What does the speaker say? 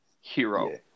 hero